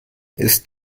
ist